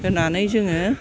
होनानै जोङो